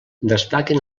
destaquen